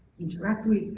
interact with,